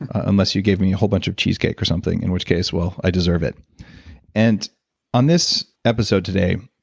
unless you gave me a whole bunch of cheesecake or something, in which case, well, i deserve it and on this episode today,